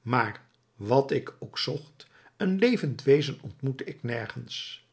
maar wat ik ook zocht een levend wezen ontmoette ik nergens